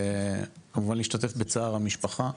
כמובן אני משתתף בצער המשפחה